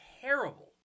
terrible